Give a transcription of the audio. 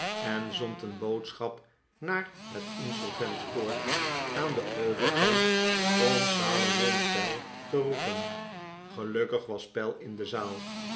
en zond een boodschap naar het insolvent court aan den overkant om salomon pell te roepen gelukkig was pell in de zaal